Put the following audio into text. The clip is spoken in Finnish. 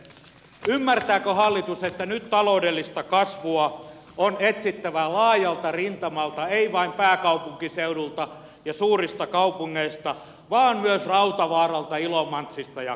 ymmärtääkö hallitus että nyt taloudellista kasvua on etsittävä laajalta rintamalta ei vain pääkaupunkiseudulta ja suurista kaupungeista vaan myös rautavaaralta ilomantsista ja kaaresuvannosta